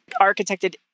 architected